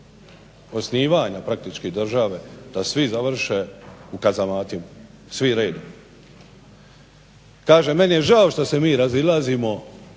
osnivanja praktički države da svi završe u kazamatima, svi redom. Kažem, meni je žao što se mi razilazimo,